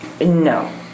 No